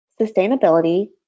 sustainability